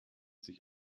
sich